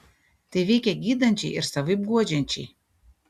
tai veikia gydančiai ir savaip guodžiančiai